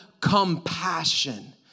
compassion